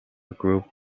group